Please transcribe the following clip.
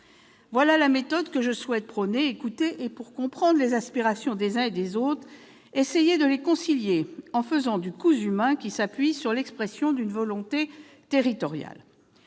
Voilà la méthode que je souhaite prôner : écouter, pour comprendre les aspirations des uns et des autres, et essayer de les concilier, en faisant du cousu main en fonction de l'expression d'une volonté territoriale.